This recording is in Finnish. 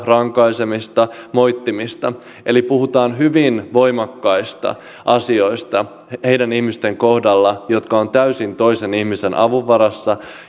rankaisemista moittimista eli puhutaan hyvin voimakkaista asioista niiden ihmisten kohdalla jotka ovat täysin toisen ihmisen avun varassa